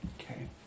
Okay